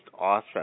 awesome